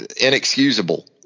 inexcusable